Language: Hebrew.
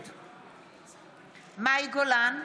נגד מאי גולן,